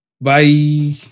Bye